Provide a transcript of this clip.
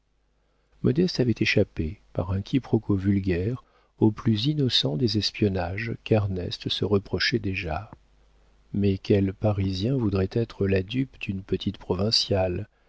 avait échappé par un quiproquo vulgaire au plus innocent des espionnages qu'ernest se reprochait déjà mais quel parisien voudrait être la dupe d'une petite provinciale